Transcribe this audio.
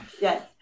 Yes